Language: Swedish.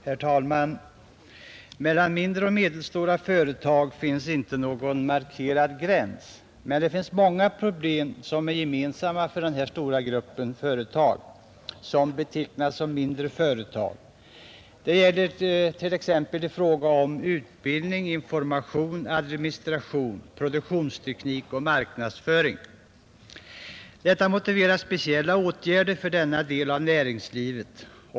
Herr talman! Mellan mindre och medelstora företag finns inte någon markerad gräns. Men det finns många problem, som är gemensamma för den stora grupp företag som betecknas som mindre företag. Det gäller t.ex. i fråga om utbildning, information, administration, produktionsteknik och marknadsföring. Detta motiverar speciella åtgärder för denna del av näringslivet.